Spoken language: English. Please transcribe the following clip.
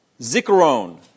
Zikaron